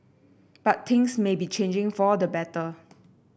but things may be changing for the better